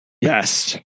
Yes